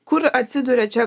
kur atsiduria čia